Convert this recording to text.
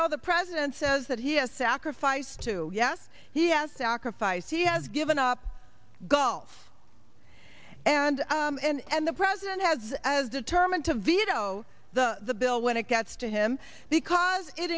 know the president says that he has sacrificed too yes he has sacrificed he has given up golf and and the president has as determined to veto the bill when it gets to him because it